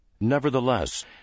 Nevertheless